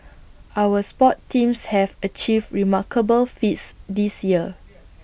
our sports teams have achieved remarkable feats this year